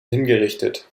hingerichtet